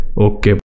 Okay